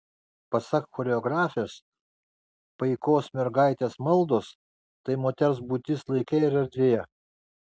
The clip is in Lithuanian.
pasak choreografės paikos mergaitės maldos tai moters būtis laike ir erdvėje